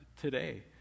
today